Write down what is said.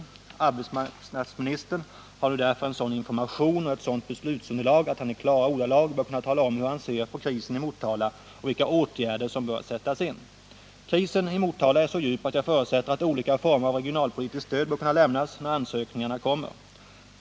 Därför har arbetsmarknadsministern nu sådan information och ett sådant beslutsunderlag att han i klara ordalag bör kunna tala om hur han ser på krisen i Motala och vilka åtgärder som bör sättas in. Krisen i Motala är så djup att jag förutsätter att olika former av regionalpolitiskt stöd bör kunna lämnas, när ansökningarna härom kommer.